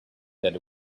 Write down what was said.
that